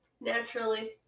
Naturally